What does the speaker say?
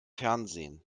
fernsehen